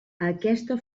aquesta